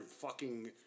fucking-